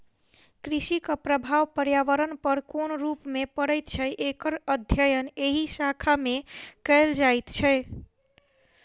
कृषिक प्रभाव पर्यावरण पर कोन रूप मे पड़ैत छै, एकर अध्ययन एहि शाखा मे कयल जाइत छै